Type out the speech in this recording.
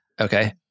Okay